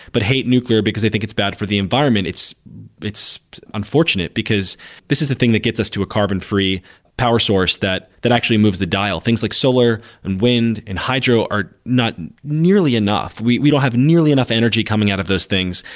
but hate nuclear because they think it's bad for the environment. it's it's unfortunate, because this is the thing that gets us to a carbon-free power source that that actually moves the dial, things like solar and wind and hydro are not nearly enough. we we don't have nearly enough energy coming out of those things,